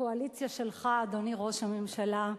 הקואליציה שלך, אדוני ראש הממשלה,